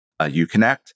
UConnect